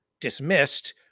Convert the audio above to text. dismissed